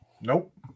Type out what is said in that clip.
nope